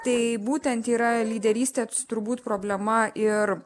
tai būtent yra lyderystė turbūt problema ir